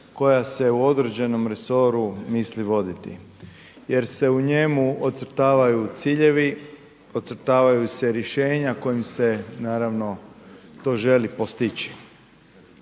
koja se u određenom resoru misli voditi jer se u njemu ocrtavaju ciljevi, ocrtavaju se rješenja kojim se naravno to želi postići.